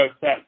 set